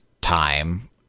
time